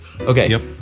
Okay